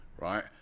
right